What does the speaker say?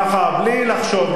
בלי לחשוב,